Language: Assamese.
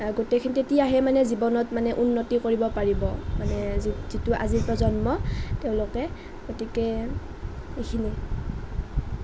গোটেইখিনি তেতিয়াহে মানে জীৱনত মানে উন্নতি কৰিব পাৰিব মানে যিটো আজিৰ প্ৰজন্ম তেওঁলোকে গতিকে এইখিনিয়েই